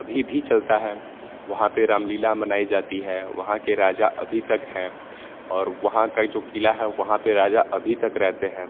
अभी भी चलता है वहाँ पर रामलीला मनाई जाती है वहाँ के राजा अभी तक हैं और वहाँ का जो क़िला है वहाँ पर राजा अभी तक रहते हैं